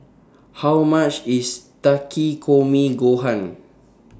How much IS Takikomi Gohan